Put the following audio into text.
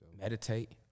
Meditate